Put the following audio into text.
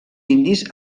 indis